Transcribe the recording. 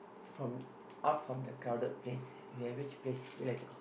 from out from the crowded place you have which place you like to go